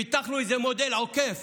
פיתחנו מודל עוקף